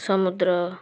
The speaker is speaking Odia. ସମୁଦ୍ର